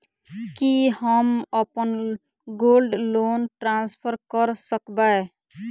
की हम अप्पन gold loan transfer करऽ सकबै?